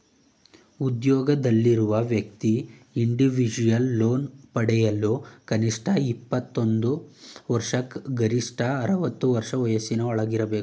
ಉದ್ಯೋಗದಲ್ಲಿರುವ ವ್ಯಕ್ತಿ individual loan ಪಡೆಯಲು ಕನಿಷ್ಠ ಇಪ್ಪತ್ತೊಂದು ವರ್ಷ ಗರಿಷ್ಠ ಅರವತ್ತು ವರ್ಷ ವಯಸ್ಸಿನ ಒಳಗಿರಬೇಕು